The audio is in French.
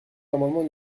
l’amendement